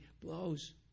blows